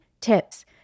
tips